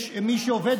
מי שעובד,